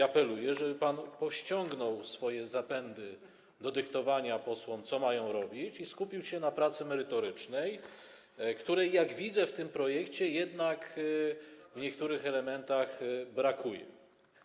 Apeluję, żeby pan powściągnął swoje zapędy do dyktowania posłom, co mają robić, i skupił się na pracy merytorycznej, której - jak widzę po tym projekcie - jednak w niektórych elementach brakuje.